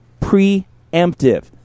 preemptive